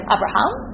Abraham